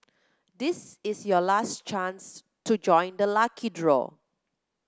this is your last chance to join the lucky draw